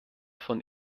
von